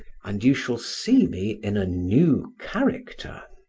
and you shall see me in a new character.